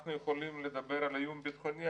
אנחנו יכולים לדבר על איום ביטחוני.